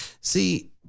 See